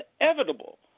inevitable